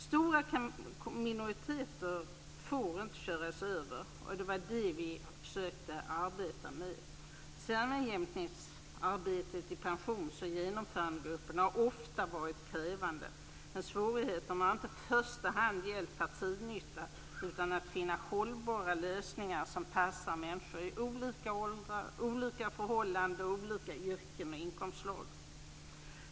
Stora minoriteter får inte köras över. Det var det vi försökte arbeta med. Sammanjämkningsarbetet i Pensions och genomförandegruppen har ofta varit krävande, men svårigheterna har inte i första hand gällt partinytta utan att finna hållbara lösningar som passar människor i olika åldrar, olika förhållanden, olika yrken och inkomstslag.